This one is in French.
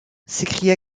s’écria